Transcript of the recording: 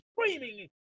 screaming